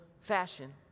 fashion